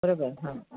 बरोबर हा